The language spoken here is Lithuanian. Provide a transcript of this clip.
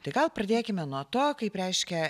tai gal pradėkime nuo to kaip reiškia